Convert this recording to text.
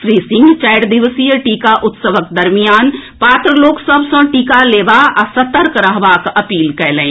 श्री सिंह चारि दिवसीय टीका उत्सवक दरमियान पात्र लोक सभ सँ टीका लेबा आ सतर्क रहबाक अपील कयलनि